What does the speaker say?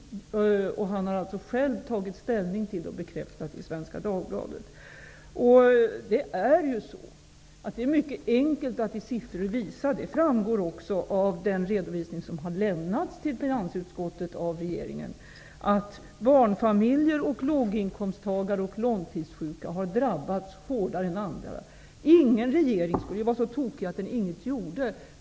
Olof Johansson har alltså själv tagit ställning till dessa förslag och bekräftat det i Svenska Det är mycket enkelt att i siffror visa -- det framgår också av den redovisning som har lämnats till finansutskottet av regeringen -- att barnfamiljer, låginkomsttagare och långtidssjuka hade drabbats hårdare än andra. Ingen regering skulle vara så tokig att den ingenting gjorde.